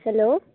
hello